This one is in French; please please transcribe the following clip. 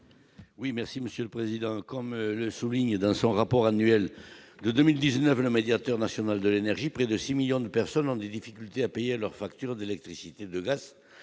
est à M. Roland Courteau. Comme le souligne, dans son rapport annuel de 2019, le médiateur national de l'énergie, près de 6 millions de personnes ont des difficultés à payer leurs factures d'électricité, de gaz